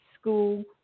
school